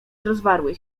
rozwarły